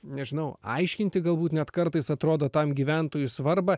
nežinau aiškinti galbūt net kartais atrodo tam gyventojų svarbą